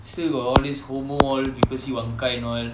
still got all this homosexuality english